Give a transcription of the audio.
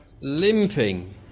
limping